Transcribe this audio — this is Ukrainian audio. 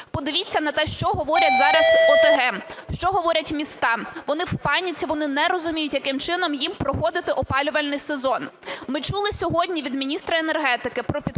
Подивіться на те, що говорять зараз ОТГ, що говорять міста, вони в паніці, вони не розуміють, яким чином їм проходити опалювальний сезон. Ми чули сьогодні від міністра енергетики про підписаний